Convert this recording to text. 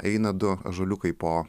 eina du ąžuoliukai po